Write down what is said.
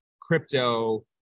crypto